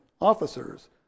officers